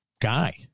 guy